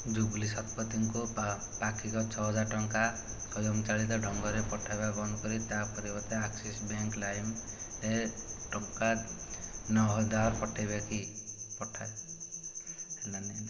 ଜୁବ୍ଲି ଶତପଥୀଙ୍କୁ ପାକ୍ଷିକ ଛଅ ହଜାର ଟଙ୍କା ସ୍ୱୟଂ ଚାଳିତ ଢଙ୍ଗରେ ପଠାଇବା ବନ୍ଦ କରି ତା'ପରିବର୍ତ୍ତେ ଆକ୍ସିସ୍ ବ୍ୟାଙ୍କ ଲାଇମ୍ରେ ଟଙ୍କା ନଅ ହଜାର ପଠାଇବେ କି